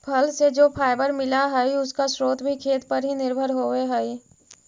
फल से जो फाइबर मिला हई, उसका स्रोत भी खेत पर ही निर्भर होवे हई